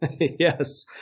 Yes